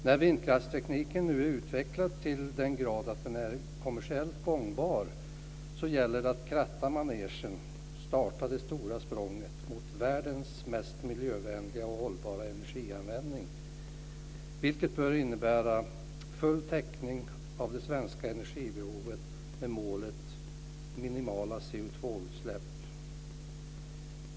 När vindkraftstekniken nu är utvecklad till den grad att den är kommersiellt gångbar gäller det att kratta manegen och starta det stora språnget mot världens mest miljövänliga och hållbara energianvändning, vilket bör innebära full täckning av det svenska energibehovet med målet minimala CO2 utsläpp.